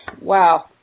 Wow